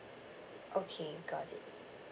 okay got it